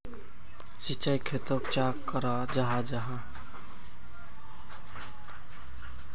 सिंचाई खेतोक चाँ कराल जाहा जाहा?